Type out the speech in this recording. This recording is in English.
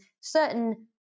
certain